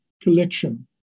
collection